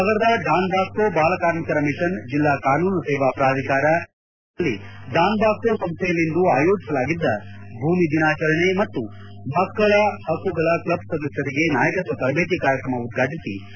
ನಗರದ Don Bosco ಬಾಲಕಾರ್ಮಿಕರ mission ಜಿಲ್ಲಾ ಕಾನೂನು ಸೇವಾ ಪ್ರಾಧಿಕಾರ ಇವರ ಸಂಯುಕ್ತಾಶ್ರಯದಲ್ಲಿ ಡಾನ್ಬಾಸ್ಕೋ ಸಂಸ್ಥೆಯಲ್ಲಿಂದು ಆಯೋಜಿಸಲಾಗಿದ್ದ ಭೂಮಿ ದಿನಾಚರಣೆ ಮತ್ತು ಮಕ್ಕಳ ಪಕ್ಕುಗಳ ಕ್ಲಬ್ ಸದಸ್ಕರಿಗೆ ನಾಯಕತ್ವ ತರಬೇತಿ ಕಾರ್ಯಕ್ರಮ ಉದ್ಘಾಟಿಸಿ ಅವರು ಮಾತನಾಡಿದರು